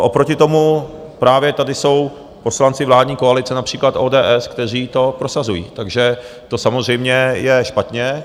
Oproti tomu právě tady jsou poslanci vládní koalice, například ODS, kteří to prosazují, takže to je samozřejmě špatně.